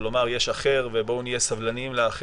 מתוך רצון לומר שיש אחר ובואו נהיה סבלניים אליו,